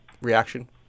reaction